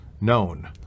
known